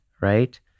right